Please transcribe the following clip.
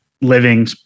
living